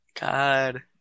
God